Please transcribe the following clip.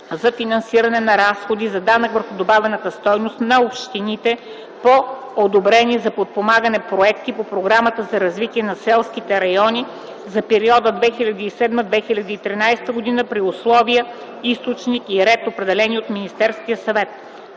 за финансиране на разходи за данък върху добавената стойност на общини по одобрени за подпомагане проекти по Програмата за развитие на селските райони за периода 2007-2013 г. при условия, източник и ред, определени от Министерския съвет.”